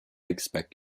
expect